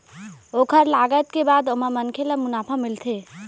ओखर लागत के बाद ओमा मनखे ल मुनाफा मिलथे